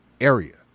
area